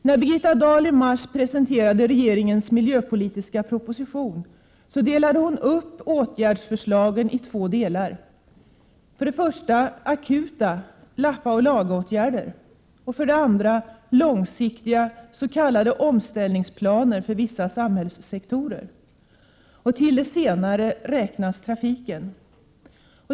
När Birgitta Dahl i mars presenterade regeringens miljöpolitiska proposition delade hon upp åtgärdsförslagen i två delar: för det första akuta lappa-och-laga-åtgärder och för det andra långsiktiga s.k. omställningsplaner för vissa samhällssektorer. Till de senare räknas trafiken.